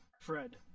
Fred